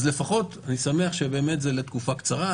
אז לפחות אני שמח שזה לתקופה קצרה,